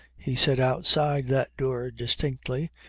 he said outside that door distinctly,